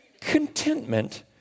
Contentment